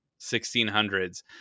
1600s